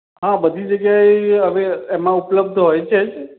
હા બધી જગ્યાએ હવે એમાં ઉપલબ્ધ હોય છે જ